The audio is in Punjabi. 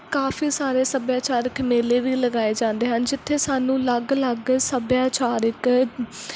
ਕਾਫੀ ਸਾਰੇ ਸੱਭਿਆਚਾਰਕ ਮੇਲੇ ਵੀ ਲਗਾਏ ਜਾਂਦੇ ਹਨ ਜਿੱਥੇ ਸਾਨੂੰ ਅਲੱਗ ਅਲੱਗ ਸੱਭਿਆਚਾਰਕ